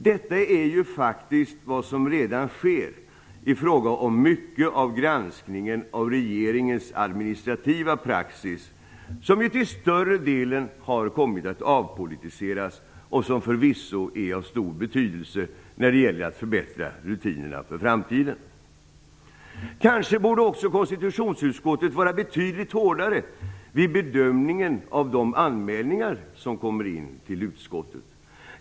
Detta är ju faktiskt vad som redan sker i fråga om mycket av granskningen av regeringens administrativa praxis, som ju till större delen har avpolitiserats och som förvisso är av stor betydelse när det gäller att förbättra rutinerna för framtiden. Kanske borde konstitutionsutskottet också vara betydligt hårdare vid bedömningen av de anmälningar som kommer in till utskottet.